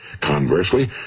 Conversely